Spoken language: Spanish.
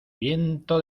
viento